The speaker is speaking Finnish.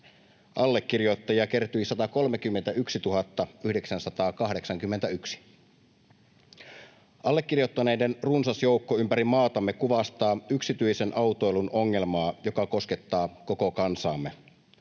Allekirjoittajia kertyi 131 981. Allekirjoittaneiden runsas joukko ympäri maatamme kuvastaa yksityisen autoilun ongelmaa, joka koskettaa koko kansaamme.